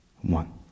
one